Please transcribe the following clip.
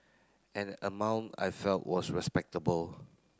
an amount I felt was respectable